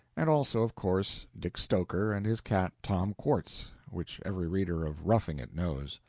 and also, of course, dick stoker and his cat, tom quartz, which every reader of roughing it knows.